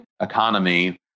economy